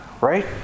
right